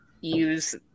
use